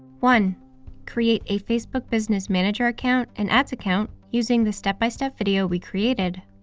one create a facebook business manager account, and ads account using the step-by-step video we created.